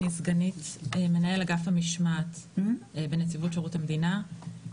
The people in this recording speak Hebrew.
אני סגנית מנהל אגף המשמעת בנציבות שירות המדינה.